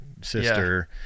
sister